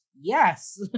Yes